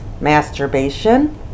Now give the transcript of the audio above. masturbation